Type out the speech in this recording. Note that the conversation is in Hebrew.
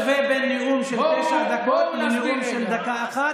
הוא משווה בין נאום של תשע דקות לנאום של דקה אחת?